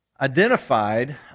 identified